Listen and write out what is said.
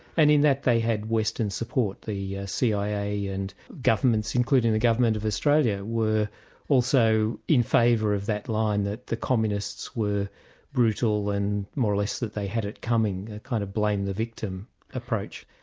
and in that, they had western support, the cia and governments, including the government of australia, were also in favour of that line that the communists were brutal and more or less that they had it coming, a kind of blame the victim approach.